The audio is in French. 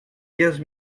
quinze